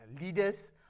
Leaders